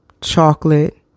chocolate